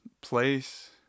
place